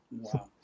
Wow